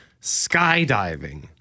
skydiving